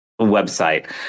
website